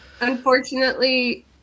unfortunately